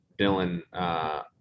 Dylan